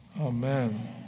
Amen